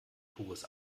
pures